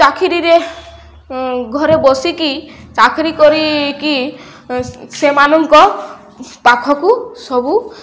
ଚାକିରିରେ ଘରେ ବସିକି ଚାକିରି କରିକି ସେମାନଙ୍କ ପାଖକୁ ସବୁ